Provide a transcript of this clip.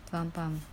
faham faham